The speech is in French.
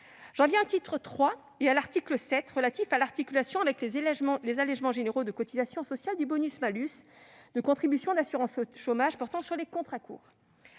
J'en viens au titre III et à l'article 7, relatif à l'articulation avec les allégements généraux de cotisations sociales du « bonus-malus » de contributions d'assurance chômage portant sur les contrats courts.